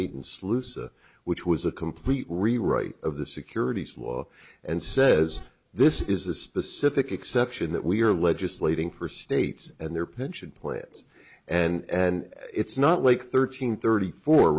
eight and sluice which was a complete rewrite of the securities law and says this is a specific exception that we're legislating for states and their pension plans and it's not like thirteen thirty four